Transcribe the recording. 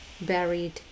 buried